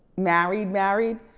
married married,